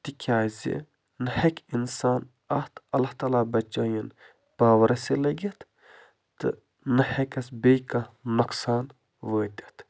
تِکیٛازِ نہٕ ہٮ۪کہِ اِنسان اَتھ اللہ تعالی بچٲیِن پاوٕرَسٕے لٔگِتھ تہٕ نہٕ ہٮ۪کیٚس بیٚیہِ کانٛہہ نُقصان وٲتِتھ